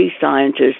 scientists